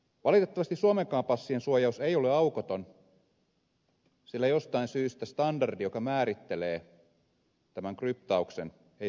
valitettavasti suomenkaan passien suojaus ei ole aukoton sillä jostain syystä standardi joka määrittelee tämän kryptauksen ei salli sitä